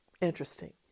Interesting